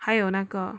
还有那个